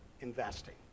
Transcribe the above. investing